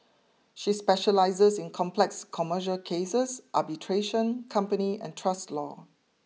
she specialises in complex commercial cases arbitration company and trust law